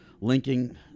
linking